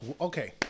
Okay